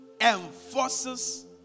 enforces